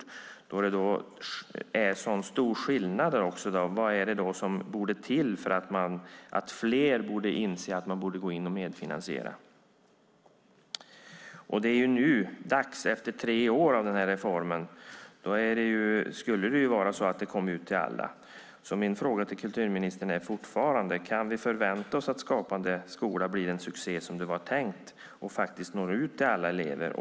När det är sådana här stora skillnader, vad är det då som borde till för att fler ska inse att man borde gå in och medfinansiera? Efter tre år med den här reformen borde det komma ut till alla. Min fråga till kulturministern är fortfarande: Kan vi förvänta oss att Skapande skola blir den succé som det var tänkt och att den når ut till alla elever?